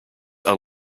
are